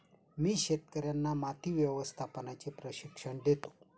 मी शेतकर्यांना माती व्यवस्थापनाचे प्रशिक्षण देतो